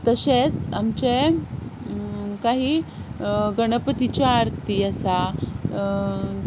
तशेंच आमच्यो कांय गणपतीच्यो आरती आसा